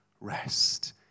rest